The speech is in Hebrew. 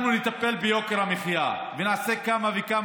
אנחנו נטפל ביוקר המחיה ונעשה כמה וכמה